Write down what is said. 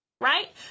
right